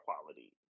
quality